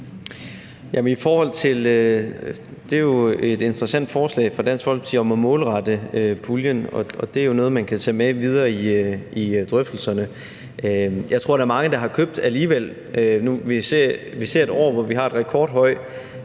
Det er et interessant forslag fra Dansk Folkeparti om at målrette puljen, og det er jo noget, man kan tage med videre i drøftelserne. Jeg tror, der er mange, der har købt alligevel. Vi ser et år, hvor vi har en rekordhøj